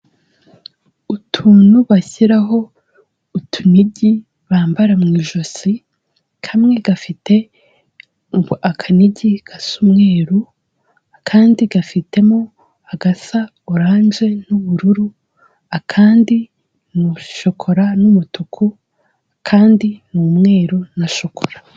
Utuntu bashyiraho utunigi bambara mu ijosi, kamwe gafite akanigi gasa umweru, akandi gafitemo agasa oranje n'ubururu, akandi ni shokora n'umutuku, akandi ni umweru na shokora.